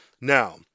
Now